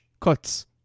cuts